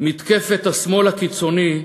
"מתקפת השמאל הקיצוני",